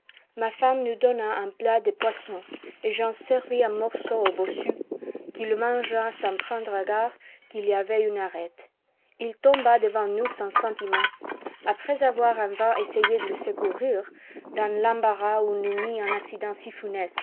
ma femme nous donna un plat de poisson et j'en servis un morceau au bossu qui le mangea sans prendre garde qu'il y avait une arête tombadevant nous sans sentiment après avoir en vain essayé de le secourir dans l'embarras où nous mit un accident si funeste